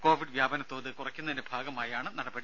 Covid വ്യാപനത്തോത് കുറയ്ക്കുന്നതിന്റെ ഭാഗമായാണ് നടപടി